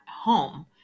home